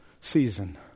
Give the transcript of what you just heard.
season